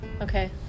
Okay